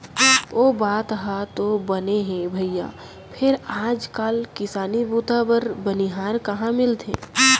ओ बात ह तो बने हे भइया फेर आज काल किसानी बूता बर बनिहार कहॉं मिलथे?